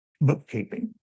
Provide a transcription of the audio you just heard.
bookkeeping